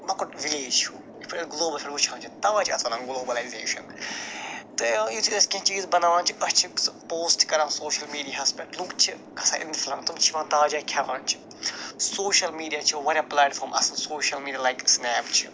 مۄکُٹ وِلیج چھُ یِتھ پٮ۪ٹھ أسۍ گُلوبس پٮ۪ٹھ وٕچھان چھِ تَوَے چھِ اتھ وَنان گُلوبلایزیشَن تہٕ یُتھٕے أسۍ کیٚنٛہہ چیٖز بناوان چھِ أسۍ چھِ سُہ پوسٹ کَران سوشل میٖڈِیاہس پٮ۪ٹھ لُکھ چھِ گَژھان اِنفل تِم چھِ یِوان تاجا کھٮ۪وان چھِ سوشل میٖڈیا چھُ وارِیاہ پٕلیٹفام اصٕل سوشل میٖڈیا لایک سٕنیپ چھِ